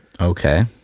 Okay